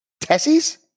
Tessie's